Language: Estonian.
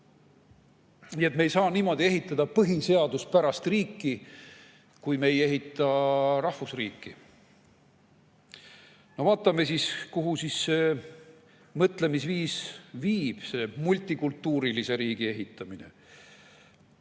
Me ei saa ehitada põhiseaduspärast riiki, kui me ei ehita rahvusriiki. Vaatame siis, kuhu see mõtlemisviis viib, see multikultuurse riigi ehitamine.